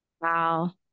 Wow